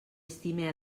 estime